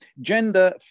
gender